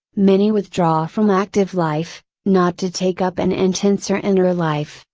many withdraw from active life, not to take up an intenser inner life,